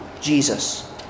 Jesus